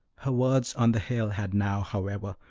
her words on the hill had now, however,